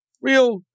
real